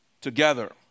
together